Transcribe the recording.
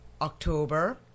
October